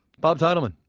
bob teitelman,